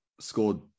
scored